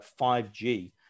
5G